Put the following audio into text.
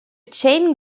chain